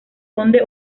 conde